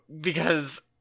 because-